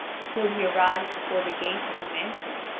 until he arrives before the gate of a mansion,